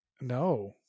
No